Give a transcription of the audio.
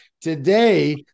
today